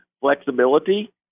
flexibility